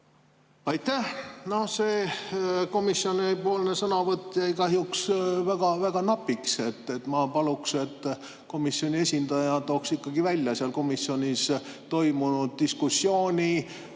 Aitäh! See komisjoni sõnavõtt jäi kahjuks väga-väga napiks. Ma paluksin, et komisjoni esindaja tooks ikkagi välja komisjonis toimunud diskussiooni